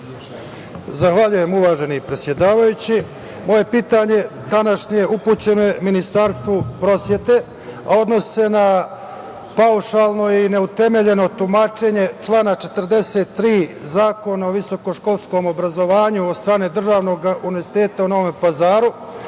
Zahvaljujem, uvaženi predsedavajući. Moje današnje pitanje upućeno je Ministarstvu prosvete, a odnosi se na paušalno i neutemeljeno tumačenje člana 43. Zakona o visokoškolskom obrazovanju od strane državnog Univerziteta u Novom Pazaru.